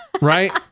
Right